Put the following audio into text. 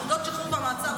פקודות שחרור ומעצר,